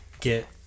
get